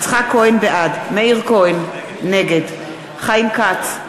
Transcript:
בעד מאיר כהן, נגד חיים כץ,